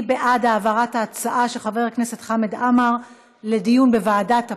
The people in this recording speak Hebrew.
מי בעד העברת ההצעה של חבר הכנסת חמד עמאר לדיון בוועדת הפנים?